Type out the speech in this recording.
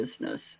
business